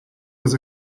was